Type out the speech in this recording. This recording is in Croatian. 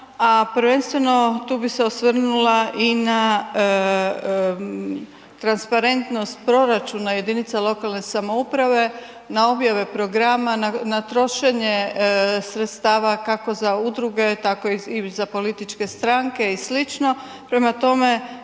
a prvenstveno, tu bih se osvrnula i na transparentnost proračuna jedinica lokalne samouprave na objave programa, na trošenje sredstava, kako za udruge, tako i za političke stranke i sl. Prema tome,